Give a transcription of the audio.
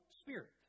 spirit